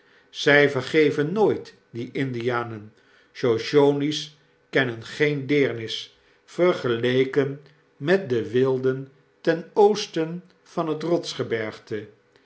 zij vergeven nooit die indianen shoshonies kennen geen deernis vergeleken met de wilden ten oosten van het